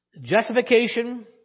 justification